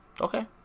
Okay